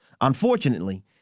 Unfortunately